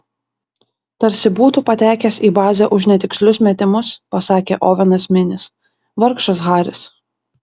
tarsi būtu patekęs į bazę už netikslius metimus pasakė ovenas minis vargšas haris